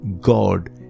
God